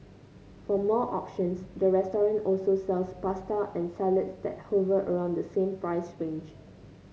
for more options the restaurant also sells pasta and salads that hover around the same price range